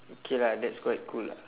okay lah that's quite cool lah